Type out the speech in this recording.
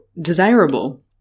desirable